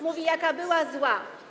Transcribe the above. Mówi, jaka była zła.